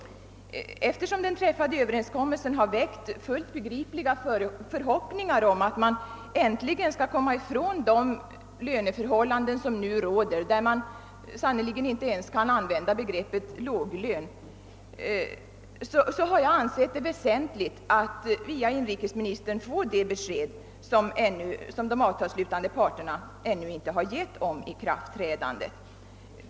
Eftersom den träffade överenskommelsen har väckt fullt begripliga förhoppningar om att man äntligen skall komma ifrån de löneförhållanden som nu råder och som är sådana att man sannerligen inte ens kan tala om låglöner, har jag ansett det väsentligt att av inrikesministern få det besked som de avtalsslutande parterna ännu inte har givit om ikraftträdandet.